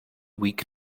weak